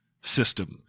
system